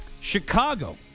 Chicago